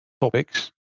topics